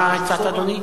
מה הצעת, אדוני,